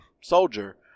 soldier